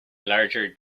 larger